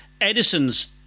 Edison's